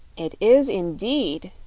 it is, indeed,